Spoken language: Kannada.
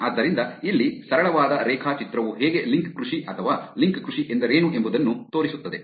ಆದ್ದರಿಂದ ಇಲ್ಲಿ ಸರಳವಾದ ರೇಖಾಚಿತ್ರವು ಹೇಗೆ ಲಿಂಕ್ ಕೃಷಿ ಅಥವಾ ಲಿಂಕ್ ಕೃಷಿ ಎಂದರೇನು ಎಂಬುದನ್ನು ತೋರಿಸುತ್ತದೆ